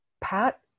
Pat